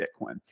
Bitcoin